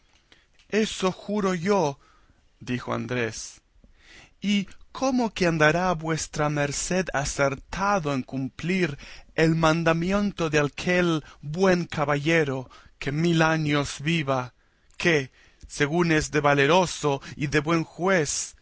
eso juro yo dijo andrés y cómo que andará vuestra merced acertado en cumplir el mandamiento de aquel buen caballero que mil años viva que según es de valeroso y de buen juez